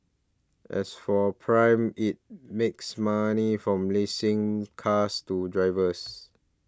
as for Prime it makes money from leasing cars to drivers